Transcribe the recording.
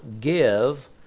give